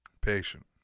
Patient